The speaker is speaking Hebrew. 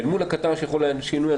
מול הקטר שיכול להניע שינוי,